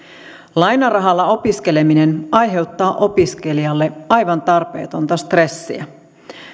lainarahalla opiskeleminen aiheuttaa opiskelijalle aivan tarpeetonta stressiä